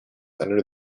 under